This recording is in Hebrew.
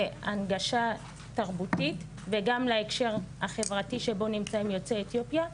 זה הנגשה תרבותית וגם להקשר החברתי שבו נמצאים יוצאי אתיופיה,